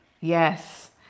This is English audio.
yes